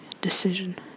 decision